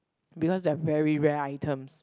because they are very rare items